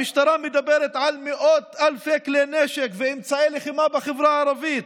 המשטרה מדברת על מאות אלפי כלי נשק ואמצעי לחימה בחברה הערבית,